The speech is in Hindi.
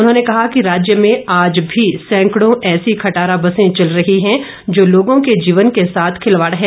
उन्होंने कहा कि राज्य में आज भी सैंकड़ों ऐसी खटारा बसे चल रही हैं जो लोगों के जीवन के साथ खिलवाड़ हैं